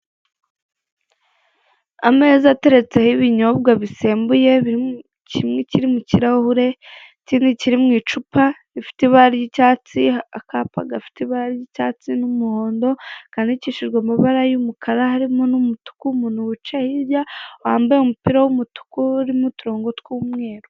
Ameza ateretseho ibinyobwa bisembuye, kimwe kiri mu kirahure, ikindi kiri mu icupa rifite ibara ry'icyatsi, akapa gafite ibara ry'icyatsi n'umuhondo kandikishijwe amabara y'umukara harimo n'umutuku, umuntu wicaye hirya wambaye umupira w'umutuku urimo uturongo tw'umweru.